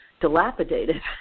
dilapidated